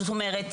זאת אומרת,